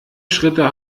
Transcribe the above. schritte